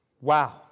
Wow